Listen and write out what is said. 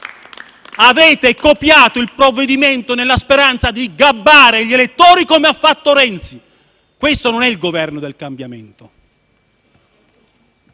Avete copiato il provvedimento nella speranza di gabbare gli elettori come ha fatto Renzi. Questo non è il Governo del cambiamento,